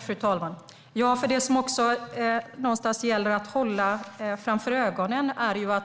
Fru talman! Det gäller att någonstans ha för ögonen att det